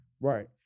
Right